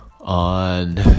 on